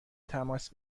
تماس